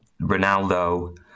Ronaldo